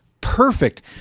perfect